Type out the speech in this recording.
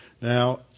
Now